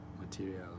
material